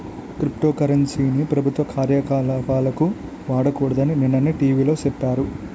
crypto currency ని ప్రభుత్వ కార్యకలాపాలకు వాడకూడదని నిన్ననే టీ.వి లో సెప్పారు